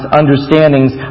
understandings